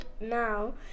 now